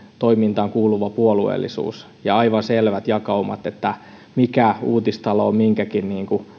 toimintaan kuuluva puolueellisuus ja aivan selvät jakaumat että mikä uutistalo on minkäkin